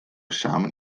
samen